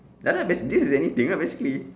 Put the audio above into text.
ya lah bas~ this is anything lah basically